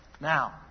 Now